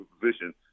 position